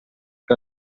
que